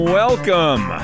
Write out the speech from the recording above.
welcome